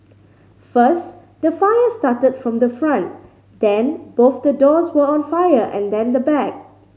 first the fire started from the front then both the doors were on fire and then the back